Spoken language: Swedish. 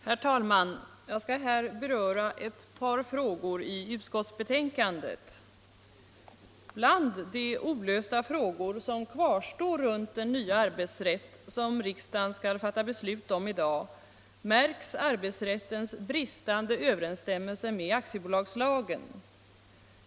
Herr talman! Jag skall här bara beröra ett par frågor i utskottets betänkande. Bland de olösta frågor som kvarstår runt den nya arbetsrätt som riksdagen skall fatta beslut om i dag märks arbetsrättens bristande överensstämmelse med aktiebolagslagen.